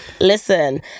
Listen